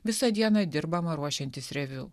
visą dieną dirbama ruošiantis reviu